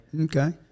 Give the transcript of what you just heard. Okay